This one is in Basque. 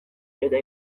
eta